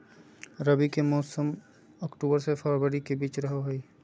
रबी के मौसम अक्टूबर से फरवरी के बीच रहो हइ